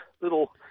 little